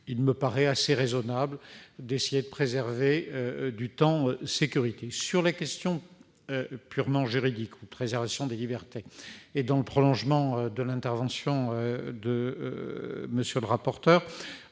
il me semble assez raisonnable d'essayer de préserver du temps pour les forces de sécurité. Quant à la question purement juridique, ou de préservation des libertés, et dans le prolongement de l'intervention de M. le rapporteur,